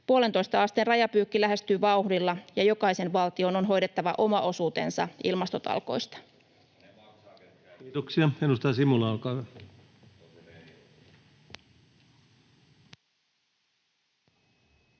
Puolentoista asteen rajapyykki lähestyy vauhdilla, ja jokaisen valtion on hoidettava oma osuutensa ilmastotalkoista. [Sheikki Laakson välihuuto]